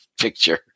picture